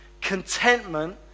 contentment